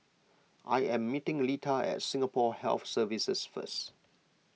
I am meeting Lita at Singapore Health Services first